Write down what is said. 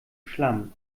schlamm